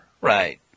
Right